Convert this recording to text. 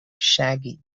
shaggy